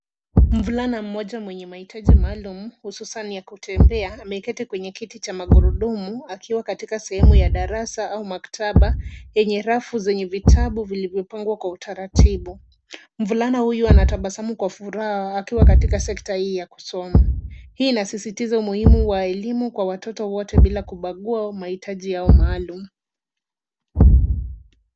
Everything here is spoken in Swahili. Mvulana mmoja mwenye mahitaji maalum hususan ya kutembea ameketi kwenye kiti cha magurudumu akiwa katika sehemu ya darasa au maktaba yenye rafu zenye vitabu vilivyopangwa kwa utaratibu. Mvulana huyu anabasamu kwa furaha akiwa katika sekta hii ya kusoma. Hii inasisitiza umuhimu wa elimu kwa watoto wote bila kubagua mahitaji yao maalum.